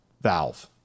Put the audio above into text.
valve